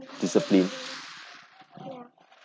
discipline